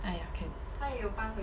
!aiya! can